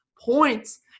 points